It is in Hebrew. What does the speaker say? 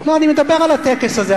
אני מדבר על הטקס הזה.